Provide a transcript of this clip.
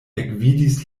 ekvidis